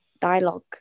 dialogue